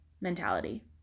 mentality